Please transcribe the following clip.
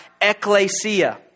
ecclesia